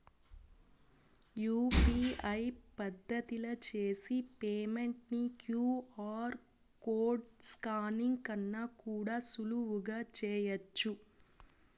UPI పద్దతిల చేసి payment ని క్యూ.ఆర్ కోడ్ స్కానింగ్ కన్నా కూడా సులువుగా చేయచ్చు